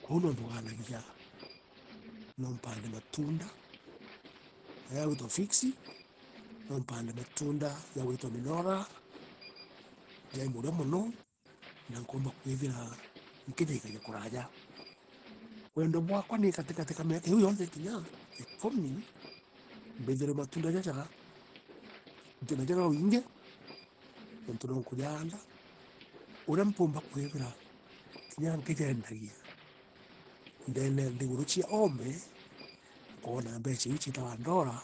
Kwou no ntuugaranagia no mpande matuunda jaa jagwitwa no mpande matunda jugwituea minora jai muri mono na nkoomba kwithira kinya nkijeendagia ndeene ya nthiguru cia oome nkoono mbecha iu ciitagwa ndora